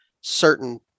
certain